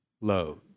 load